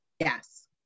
yes